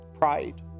pride